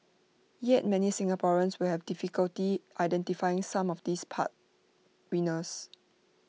yet many Singaporeans will have difficulty identifying some of these par winners